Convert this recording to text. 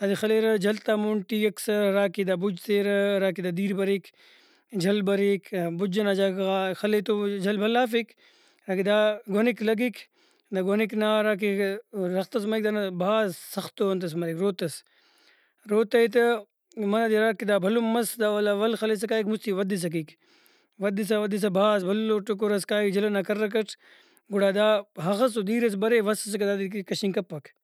دادے خلیرہ جل تا مون ٹی اکثر ہراکہ دا بُج تیرہ ہراکہ دا دیر بریک جل بریک بُج ئنا جاگہ غا خل ئے تو جل بھلا ہرفیک اگہ دا گؤنک لگیک دا گؤنک نا ہراکہ رخت ئس مریک دانا بھاز سختو انتس مریک روتس روتہ ئے تہ منہ دے ہراکہ دا بھلن مس دا ولا ول خلسا کائک مُستی ودھسا کیک ودھسا ودھسا بھاز بھلو ٹُکر ئس کائک جل ئنا کرک اٹ گڑا دا اخسو دیرس برے وس سیکا دادے کشنگ کپک